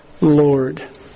Lord